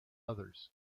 others